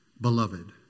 beloved